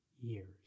years